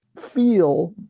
feel